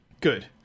Good